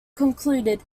concluded